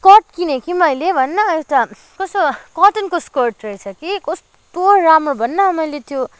skirt किनेँ कि मैले भन न एउटा कस्तो कटनको स्कर्ट रहेछ कि कस्तो राम्रो भन न मैले त्यो